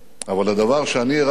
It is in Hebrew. אבל הדבר שאני הערכתי,